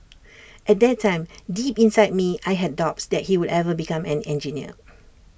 at that time deep inside me I had doubts that he would ever become an engineer